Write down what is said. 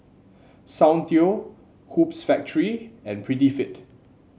Soundteoh Hoops Factory and Prettyfit